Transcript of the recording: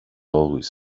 always